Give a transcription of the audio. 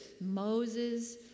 Moses